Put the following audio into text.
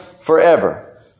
forever